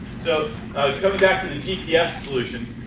so coming back to the gps solution,